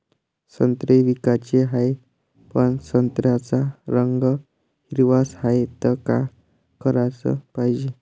संत्रे विकाचे हाये, पन संत्र्याचा रंग हिरवाच हाये, त का कराच पायजे?